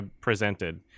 Presented